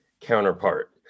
counterpart